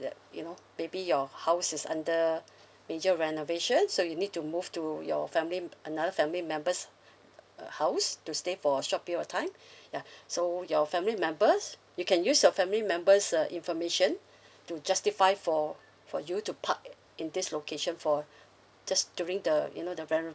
that you know maybe your house is under major renovation so you need to move to your family uh another family member's uh house to stay for a short period of time ya so your family member's you can use your family member's uh information to justify for for you to park at in this location for just during the you know the reno~